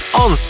on